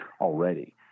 already